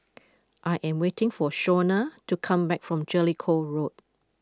I am waiting for Shawna to come back from Jellicoe Road